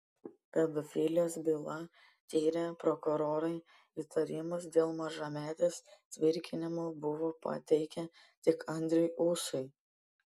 pedofilijos bylą tyrę prokurorai įtarimus dėl mažametės tvirkinimo buvo pateikę tik andriui ūsui